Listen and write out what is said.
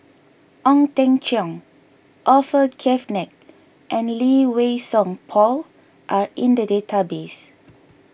Ong Teng Cheong Orfeur Cavenagh and Lee Wei Song Paul are in the database